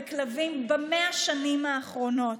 בכלבים במאה השנים האחרונות.